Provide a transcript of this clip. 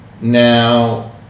Now